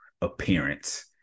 appearance